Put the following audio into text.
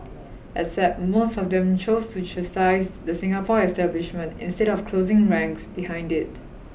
except most of them chose to chastise the Singapore establishment instead of closing ranks behind it